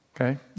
Okay